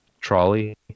trolley